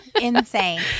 insane